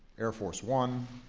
air force one